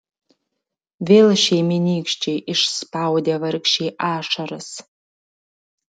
vėl šeimynykščiai išspaudė vargšei ašaras